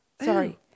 Sorry